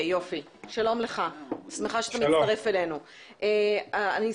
שלום לך, אני שמחה שאתה מצטרף אלינו ב-זום.